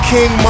King